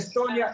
אסטוניה.